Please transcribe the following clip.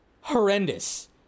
horrendous